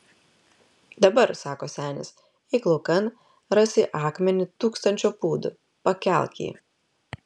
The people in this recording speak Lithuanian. dabar sako senis eik laukan rasi akmenį tūkstančio pūdų pakelk jį